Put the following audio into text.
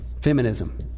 Feminism